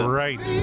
right